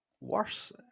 worse